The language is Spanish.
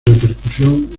repercusión